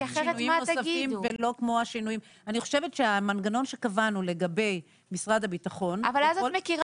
אני חושבת שהמנגנון שקבענו לגבי משרד הביטחון --- אבל אז את מכירה